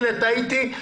הנה, טעיתי.